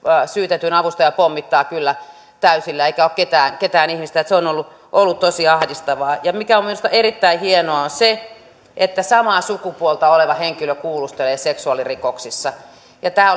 syytetyn avustaja pommittaa kyllä täysillä eikä ole ketään ihmistä se on ollut ollut tosi ahdistavaa mikä on minusta erittäin hienoa on se että samaa sukupuolta oleva henkilö kuulustelee seksuaalirikoksissa tämä